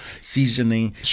seasoning